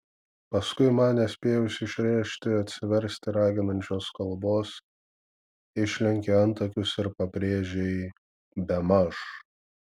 paskui man nespėjus išrėžti atsiversti raginančios kalbos išlenkei antakius ir pabrėžei bemaž